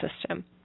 system